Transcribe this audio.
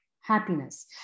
happiness